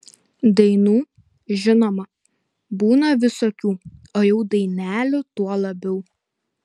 dainų žinoma būna visokių o jau dainelių tuo labiau